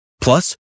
Plus